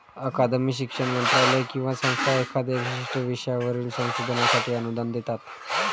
अकादमी, शिक्षण मंत्रालय किंवा संस्था एखाद्या विशिष्ट विषयावरील संशोधनासाठी अनुदान देतात